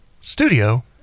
studio